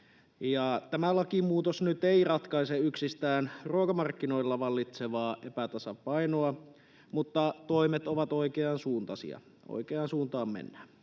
Tämä lakimuutos nyt ei ratkaise yksistään ruokamarkkinoilla vallitsevaa epätasapainoa, mutta toimet ovat oikeansuuntaisia — oikeaan suuntaan mennään.